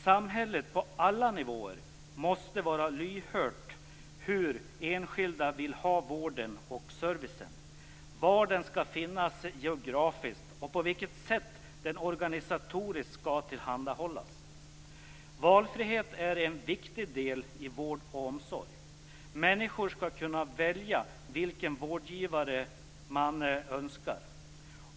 Samhället måste på alla nivåer vara lyhört för hur enskilda vill ha vården och servicen, var den skall finnas geografiskt och på vilket sätt den organisatoriskt skall tillhandahållas. Valfrihet är en viktig del i vård och omsorg. Människor skall kunna välja vilken vårdgivare man önskar.